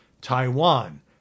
Taiwan